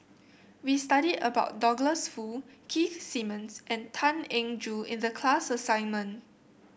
we studied about Douglas Foo Keith Simmons and Tan Eng Joo in the class assignment